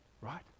right